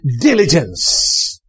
diligence